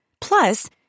Plus